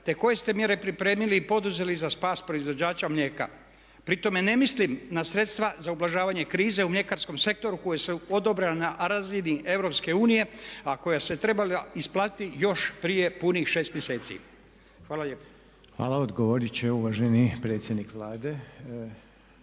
te koje ste mjere pripremili i poduzeli za spas proizvođača mlijeka. Pri tome ne mislim na sredstva za ublažavanje krize u mljekarskom sektoru koje su odobrene na razini EU a koja su se trebala isplatiti još prije punih 6 mjeseci. Hvala lijepa. **Reiner, Željko (HDZ)** Hvala. Odgovorit će uvaženi predsjednik Vlade